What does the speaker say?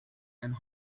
and